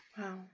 Wow